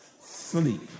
sleep